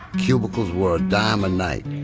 cubicles were a dime a night.